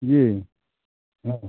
जी हँ